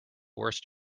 worst